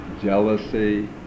jealousy